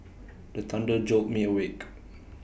the thunder jolt me awake